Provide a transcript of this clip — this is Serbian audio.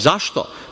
Zašto?